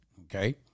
Okay